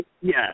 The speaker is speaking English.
Yes